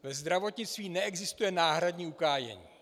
Ve zdravotnictví neexistuje náhradní ukájení.